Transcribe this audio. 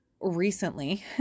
Recently